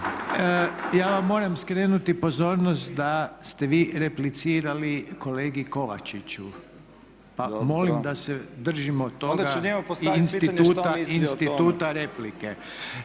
ja vam moram skrenuti pozornost da ste vi replicirali kolegi Kovačiću pa molim da se držimo toga instituta replike.